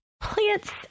plants